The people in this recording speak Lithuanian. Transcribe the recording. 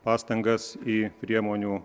pastangas į priemonių